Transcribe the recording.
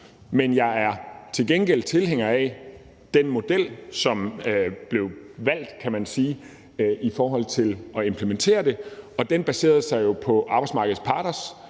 men jeg er til gengæld tilhænger af den model, som blev valgt, kan man sige, i forhold til at implementere det. Den baserede sig jo på arbejdsmarkedets parters